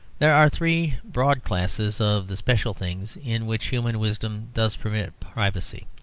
there are three broad classes of the special things in which human wisdom does permit privacy.